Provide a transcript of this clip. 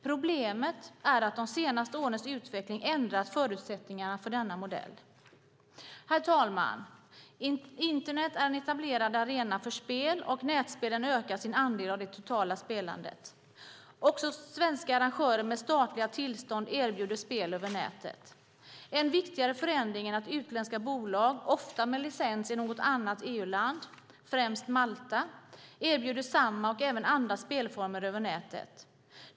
Problemet är att de senaste årens utveckling ändrat förutsättningarna för denna modell. Herr talman! Internet är en etablerad arena för spel, och nätspelen ökar sin andel av det totala spelandet. Också svenska arrangörer med statliga tillstånd erbjuder spel över nätet. En viktigare förändring är att utländska bolag, ofta med licens i något annat EU-land, främst Malta, erbjuder samma och även andra spelformer över nätet.